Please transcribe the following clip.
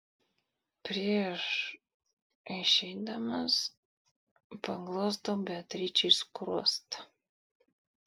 prieš išeidamas paglostau beatričei skruostą